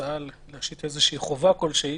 הצעה להשית חובה כלשהי,